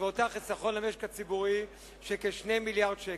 משמעותם חיסכון למשק הציבורי של כ-2 מיליארדי ש"ח,